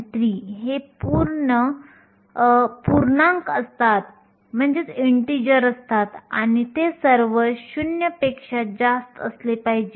2 picosecond जेथे 1 picosecond हे 10 12 second आहे असे कार्य करते